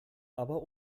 aber